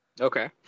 Okay